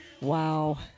Wow